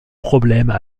problèmes